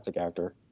actor